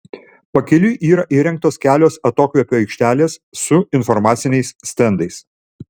pakeliui yra įrengtos kelios atokvėpio aikštelės su informaciniais stendais